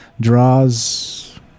draws